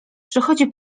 przychodzi